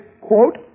quote